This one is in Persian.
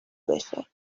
بشه